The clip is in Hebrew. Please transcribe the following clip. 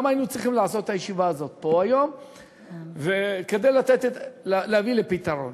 למה היינו צריכים לעשות את הישיבה הזאת פה היום כדי להביא לפתרון.